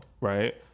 right